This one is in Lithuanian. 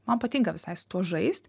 man patinka visai su tuo žaist